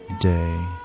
day